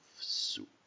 soup